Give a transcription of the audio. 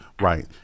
Right